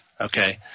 Okay